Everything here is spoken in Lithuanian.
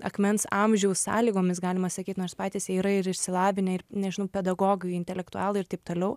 akmens amžiaus sąlygomis galima sakyt nors patys jie yra ir išsilavinę ir nežinau pedagogai intelektualai ir taip toliau